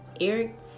Eric